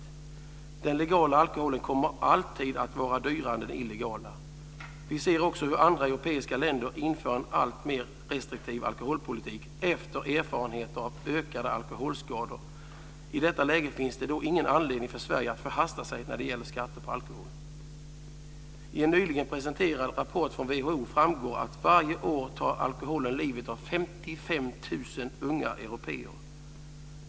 Den legala alkoholen kommer alltid att vara dyrare än den illegala. Vi ser också hur andra europeiska länder inför en alltmer restriktiv alkoholpolitik efter erfarenheter av ökade alkoholskador. I detta läge finns det ingen anledning för Sverige att förhasta sig när det gäller skatter på alkohol. I en nyligen presenterad rapport från WHO framgår att varje år tar alkoholen livet av 55 000 unga européer.